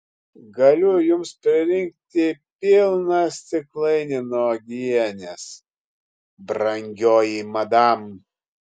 galiu jums pririnkti pilną stiklainį nuo uogienės brangioji madam